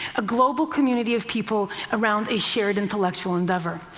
a global community of people around a shared intellectual endeavor.